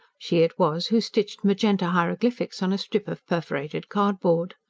she it was who stitched magenta hieroglyphics on a strip of perforated cardboard.